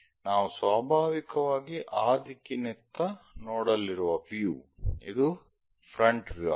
ನಾವು ಸ್ವಾಭಾವಿಕವಾಗಿ ಆ ದಿಕ್ಕಿನತ್ತ ನೋಡಲಿರುವ ವ್ಯೂ ಇದು ಫ್ರಂಟ್ ವ್ಯೂ ಆಗಿದೆ